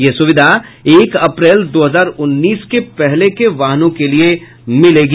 यह सुविधा एक अप्रैल दो हजार उन्नीस के पहले के वाहनों के लिये मिलेगी